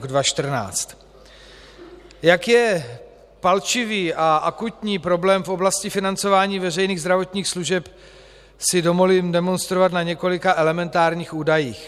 Jak palčivý a akutní je problém v oblasti financování veřejných zdravotních služeb, si dovolím demonstrovat na několika elementárních údajích.